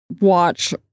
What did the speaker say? watch